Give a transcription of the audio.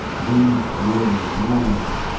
we really ruled.